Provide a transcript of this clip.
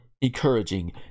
encouraging